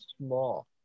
small